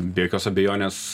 be jokios abejonės